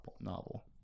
novel